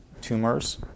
tumors